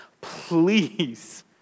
please